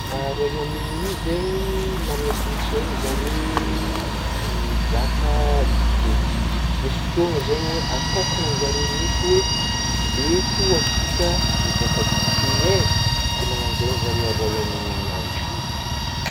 Royaume-Uni zegny managna kolontsaigna zare eh migaka dite ,misy fotoagna zegny atôkagna zare mintsy hoe eto antsika migaka dite eh ,de magnagno zegny zare agny Royaume-Uni agny.